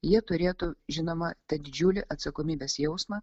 jie turėtų žinoma tą didžiulį atsakomybės jausmą